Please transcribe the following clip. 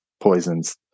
poisons